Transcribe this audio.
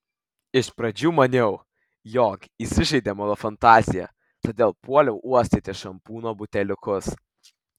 iš pradžių maniau jog įsižaidė mano fantazija todėl puoliau uostyti šampūno buteliukus